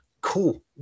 Cool